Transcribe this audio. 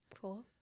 cool